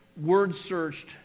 word-searched